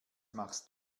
machst